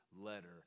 letter